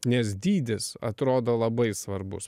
nes dydis atrodo labai svarbus